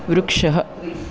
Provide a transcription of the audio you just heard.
वृक्षः